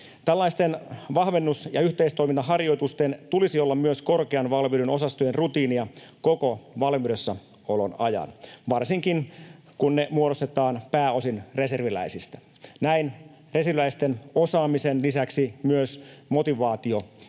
Tällaisten vahvennus- ja yhteistoimintaharjoitusten tulisi olla myös korkean valmiuden osastojen rutiinia koko valmiudessa olon ajan, varsinkin, kun ne muodostetaan pääosin reserviläisistä. Näin reserviläisten osaamisen lisäksi motivaatio ja